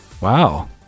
Wow